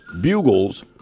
bugles